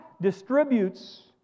distributes